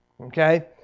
Okay